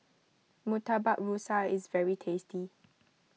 Murtabak Rusa is very tasty